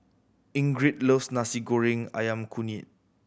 Ingrid loves Nasi Goreng Ayam Kunyit